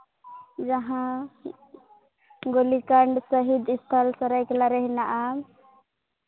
ᱡᱟᱦᱟᱸ ᱥᱟᱹᱨᱟᱹᱭᱠᱮᱞᱟ ᱨᱮ ᱦᱮᱱᱟᱜᱼᱟ